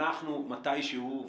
אנחנו מתישהו,